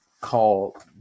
call